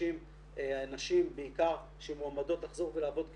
נשים בעיקר שמועמדות לחזור ולעבוד כאחיות.